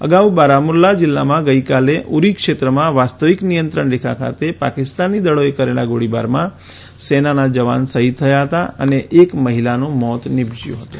અગાઉ બારામુલ્લા જિલ્લામાં ગઈકાલે ઉરી ક્ષેત્રમાં વાસ્તવિક નિયંત્રણ રેખા ખાતે પાકિસ્તાની દળોએ કરેલા ગોળીબારમાં સેનાના જવાન શહીદ થયા હતા અને એક મહિલાનું મોત નિપજ્યું હતું